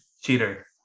Cheater